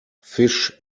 fish